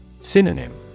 synonym